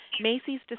Macy's